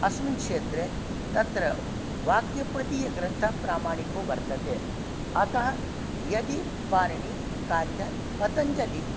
अस्मिन् क्षेत्रे तत्र वाक्यपदीयग्रन्थः प्रामाणिको वर्तते अतः यदि पाणिनिः कात्यायनः पतञ्जलिः